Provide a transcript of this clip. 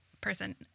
person